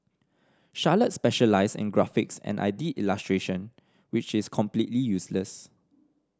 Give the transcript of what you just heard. Charlotte specialised in graphics and I did illustration which is completely useless